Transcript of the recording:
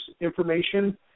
information